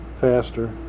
faster